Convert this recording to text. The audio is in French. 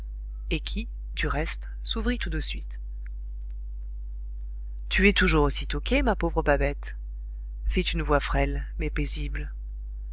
et qui du reste s'ouvrit tout de suite tu es toujours aussi toquée ma pauvre babette fit une voix frêle mais paisible